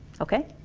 okay?